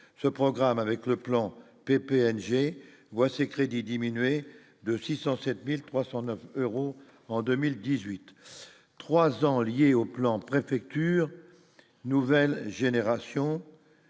ce programme avec le plan PPM j'ai voit ses crédits diminuer de 607309 euros en 2018 3 ans liée au plan préfecture nouvelle génération,